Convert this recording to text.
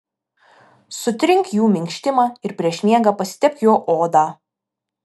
sutrink jų minkštimą ir prieš miegą pasitepk juo odą